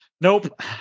nope